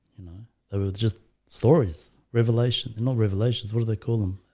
you know there were just stories revelation and not revelations. what do they call them?